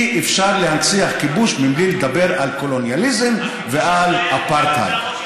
אי-אפשר להנציח כיבוש מבלי לדבר על קולוניאליזם ועל אפרטהייד.